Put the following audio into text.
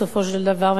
בסופו של דבר,